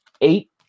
eight